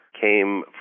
came